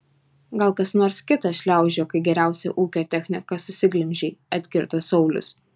gal kas nors kitas šliaužiojo kai geriausią ūkio techniką susiglemžei atkirto saulius